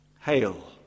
Hail